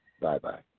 Bye-bye